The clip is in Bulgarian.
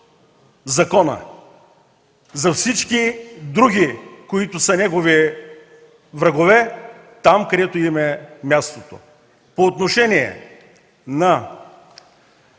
законът, за всички други, които са негови врагове – там, където им е мястото. По отношение на